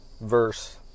verse